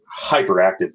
hyperactive